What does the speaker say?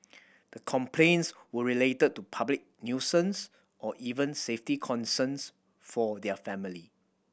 the complaints were related to public nuisance or even safety concerns for their family